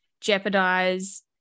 jeopardize